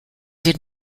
did